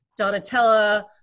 Donatella